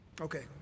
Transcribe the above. Okay